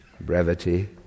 brevity